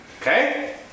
Okay